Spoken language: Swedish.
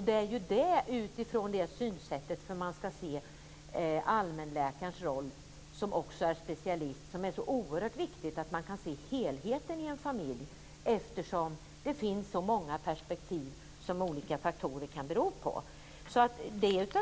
Det är utifrån det synsättet man ska se allmänläkaren, som också är specialist. Det är så oerhört viktigt att man kan se helheten i en familj. Olika faktorer kan ses ur många perspektiv. Jag tycker att